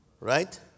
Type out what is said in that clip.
Right